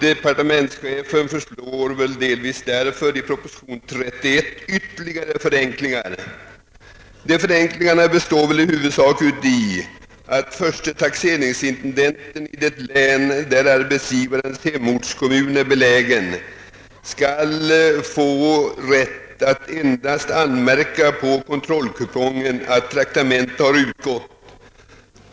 Departementschefen har väl delvis därför i propositionen nr 31 föreslagit ytterligare förenklingar. Dessa förenklingar består i huvudsak i att förste taxeringsintendenten i det län där arbetsgivarens hemortskommun är belägen skall få rätt att endast anmärka på kontrollkupongen att traktamente har utgått.